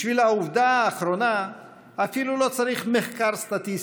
בשביל העובדה האחרונה אפילו לא צריך מחקר סטטיסטי.